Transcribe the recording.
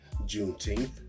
Juneteenth